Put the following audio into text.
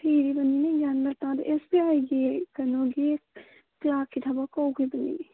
ꯊꯤꯔꯤꯕꯅꯤꯅꯦ ꯒ꯭ꯌꯥꯟꯒ ꯇꯥꯗꯦ S B ꯑꯥꯏꯒꯤ ꯀꯩꯅꯣꯒꯤ ꯀ꯭ꯂꯥꯔꯛꯀꯤ ꯊꯕꯛ ꯀꯧꯈꯤꯕꯅꯤ